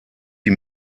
die